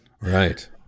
Right